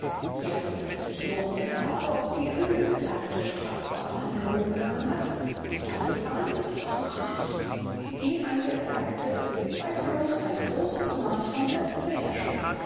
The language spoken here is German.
hier handelt es sich nur um die frage ab die angeklagte strafbare handlungen begangen hat und dafür verantwortlich zu machen ist die angeklagte besitzt zweifellos ein großes maß von